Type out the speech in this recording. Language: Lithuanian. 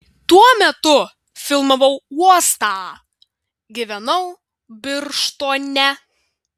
tuo metu filmavau uostą gyvenau birštone